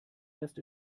erst